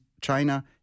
China